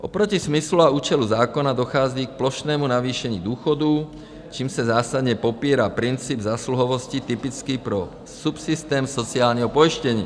Oproti smyslu a účelu zákona dochází k plošnému navýšení důchodů, čímž se zásadně popírá princip zásluhovosti typický pro subsystém sociálního pojištění.